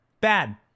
Bad